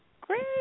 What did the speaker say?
Great